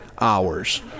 hours